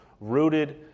rooted